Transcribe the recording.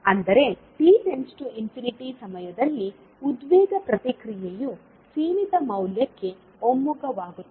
ಅಂದರೆ t→∞ ಸಮಯದಲ್ಲಿ ಉದ್ವೇಗ ಪ್ರತಿಕ್ರಿಯೆಯು ಸೀಮಿತ ಮೌಲ್ಯಕ್ಕೆ ಒಮ್ಮುಖವಾಗುತ್ತದೆ